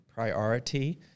priority